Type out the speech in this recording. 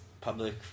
public